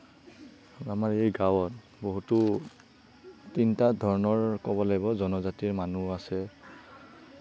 আমাৰ এই গাঁৱত বহুতো তিনিটা ধৰণৰ ক'ব লাগিব জনজাতিৰ মানুহ আছে